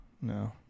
no